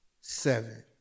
Seven